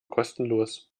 kostenlos